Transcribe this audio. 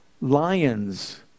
lions